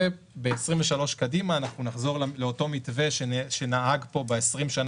וב-2023 קדימה אנחנו נחזור לאותו מתווה שנהג פה ב-20 השנים